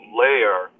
layer